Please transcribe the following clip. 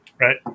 Right